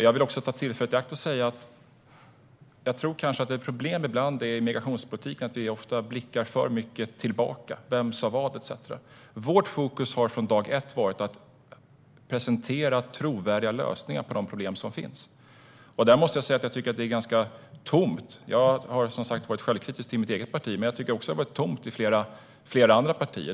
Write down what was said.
Jag vill ta tillfället i akt och säga att jag tror att ett problem med migrationspolitiken ibland är att vi blickar för mycket tillbaka, på vem som sa vad etcetera. Vårt fokus har från dag ett varit att presentera trovärdiga lösningar på de problem som finns. Där måste jag säga att jag tycker att det är ganska tomt. Jag har som sagt varit självkritisk när det gäller mitt eget parti, men jag tycker också att det har varit tomt hos flera andra partier.